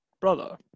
brother